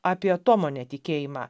apie tomo netikėjimą